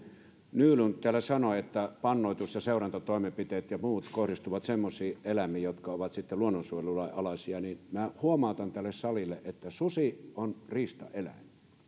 nylund täällä sanoi että pannoitus ja seurantatoimenpiteet ja muut kohdistuvat semmoisiin eläimiin jotka ovat luonnonsuojelulain alaisia minä huomautan tälle salille että susi on riistaeläin